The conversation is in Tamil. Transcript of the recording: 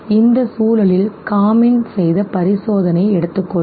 இந்த சூழலில் காமின் செய்த பரிசோதனையை எடுத்துக்கொள்வோம்